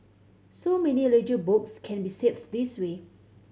so many ledger books can be saved this way